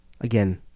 Again